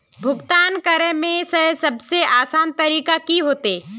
भुगतान करे में सबसे आसान तरीका की होते?